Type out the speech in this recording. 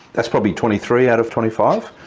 that's probably twenty three out of twenty five.